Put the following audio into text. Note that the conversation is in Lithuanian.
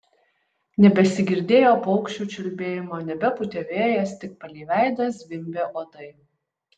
nebesigirdėjo paukščių čiulbėjimo nebepūtė vėjas tik palei veidą zvimbė uodai